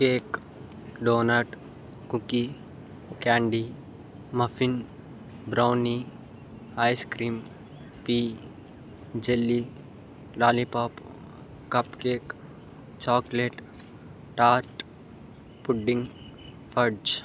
cake donut cookie candy muffin brownie ice cream pie jelly lollipop cupcake chocolate tart pudding fudge